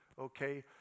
okay